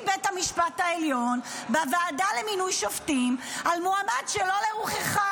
בית המשפט העליון בוועדה למינוי שופטים על מועמד שלא לרוחך.